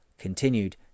continued